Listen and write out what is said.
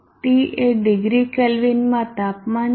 T એ ડીગ્રીકેલ્વિનમાં તાપમાન છે